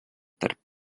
tarp